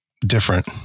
different